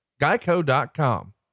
Geico.com